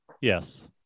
Yes